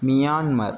Myanmar